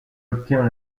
obtient